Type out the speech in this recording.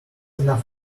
enough